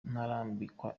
ikamba